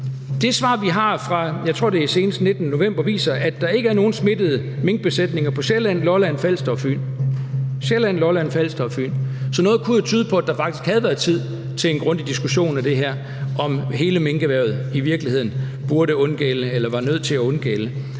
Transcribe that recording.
Det svar, vi har fra, jeg tror, det er senest den 19. november, viser at der ikke er nogen smittede minkbesætninger på Sjælland, Lolland-Falster og Fyn – på Sjælland, Lolland-Falster og Fyn – så noget kunne jo tyde på, at der faktisk havde været tid til en grundig diskussion af det her, altså om hele minkerhvervet i virkeligheden burde undgælde eller var nødt til at undgælde